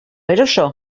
eroso